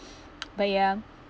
but ya